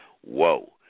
whoa